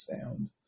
sound